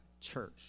church